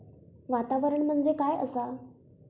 वातावरण म्हणजे काय असा?